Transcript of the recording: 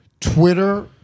Twitter